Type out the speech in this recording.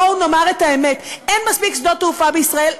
בואו נאמר את האמת: אין מספיק שדות תעופה בישראל,